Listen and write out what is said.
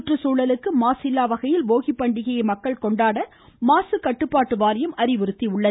சுற்றுச்சூழலுக்கு மாசில்லாவகையில் போகி பண்டிகையை மக்கள் கொண்டாட மாசு கட்டுப்பாட்டு வாரியம் அறிவறுத்தியுள்ளது